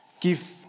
give